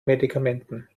medikamenten